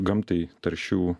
gamtai taršių